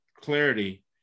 clarity